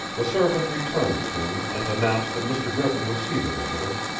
the servant returned soon and announced that mr. griffin would see the visitor.